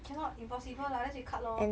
cannot impossible lah unless we cut lor